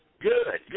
Good